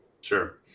Sure